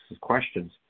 questions